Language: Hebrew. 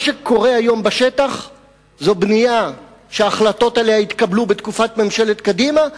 מה שקורה היום בשטח זו בנייה שההחלטות עליה התקבלו בתקופת ממשלת קדימה,